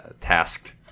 tasked